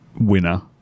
winner